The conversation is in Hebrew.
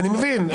אני מבין,